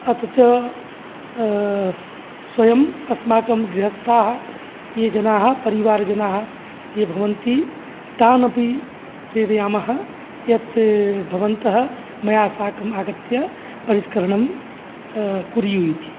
अथ च स्वयम् अस्माकं गृहस्थाः ये जनाः परिवारजनाः ये भवन्ति तानपि प्रेरयामः यत् भवन्तः मया साकम् आगत्य परिष्करणं कुर्युः इति